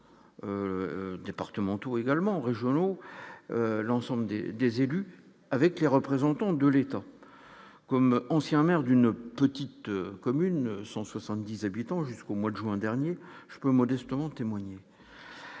départementaux également régionaux, l'ensemble des des élus avec les représentants de l'État comme ancien maire d'une petite commune 170 habitants jusqu'au mois de juin dernier, je peux modestement témoigner,